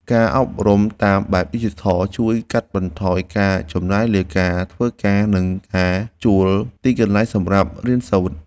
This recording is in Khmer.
ការអប់រំតាមបែបឌីជីថលជួយកាត់បន្ថយការចំណាយលើការធ្វើដំណើរ និងការជួលទីកន្លែងសម្រាប់រៀនសូត្រ។